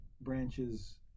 branches